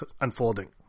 unfolding